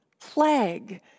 plague